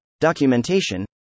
Documentation